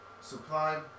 supply